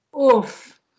Oof